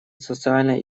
социально